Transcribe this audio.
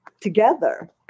together